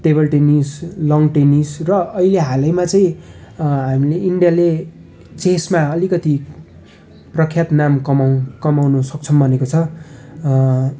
table tennis lawn tennis र अहिले हालैमा चाहिँ हामीले इन्डियाले चेसमा अलिकति प्रख्यात नाम कमाउ कमाउनु सक्षम बनेको छ